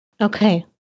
Okay